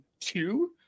two